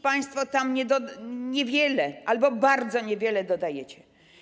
Państwo tam nic, niewiele albo bardzo niewiele dodajecie.